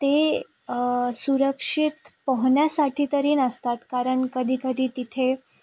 ते सुरक्षित पोहण्यासाठी तरी नसतात कारण कधीकधी तिथे